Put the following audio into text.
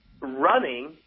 running